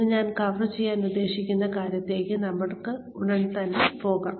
ഇന്ന് ഞാൻ കവർ ചെയ്യാൻ ഉദ്ദേശിക്കുന്ന കാര്യത്തിലേക്ക് നമുക്ക് ഉടൻ തന്നെ പോകാം